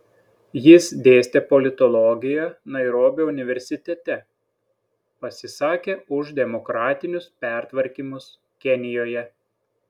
jis dėstė politologiją nairobio universitete pasisakė už demokratinius pertvarkymus kenijoje